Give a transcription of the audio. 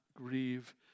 Grieve